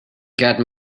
get